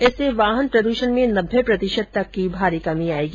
इससे वाहन प्रदूषण में नब्बे प्रतिशत तक की भारी कमी आयेगी